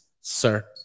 sir